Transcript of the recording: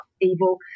evil